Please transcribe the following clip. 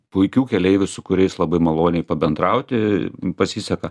puikių keleivių su kuriais labai maloniai pabendrauti pasiseka